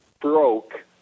broke